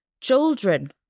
children